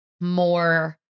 more